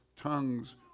tongues